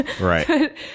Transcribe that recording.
Right